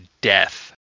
death